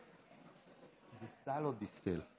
דיסטַל או דיסטֵל?